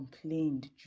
Complained